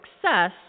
success